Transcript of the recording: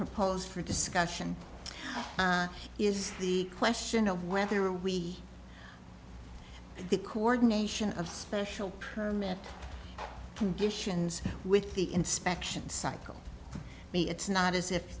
proposed for discussion is the question of whether we the coordination of special permit conditions with the inspection cycle it's not as if